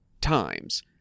times